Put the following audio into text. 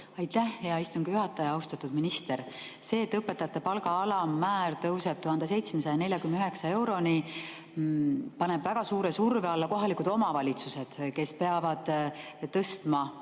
Aitäh, hea istungi juhataja! Austatud minister! See, et õpetajate palga alammäär tõuseb 1749 euroni, paneb väga suure surve alla kohalikud omavalitsused, kes peavad tõstma